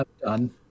done